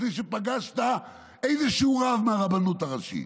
לפני שפגשת איזשהו רב מהרבנות הראשית,